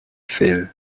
feel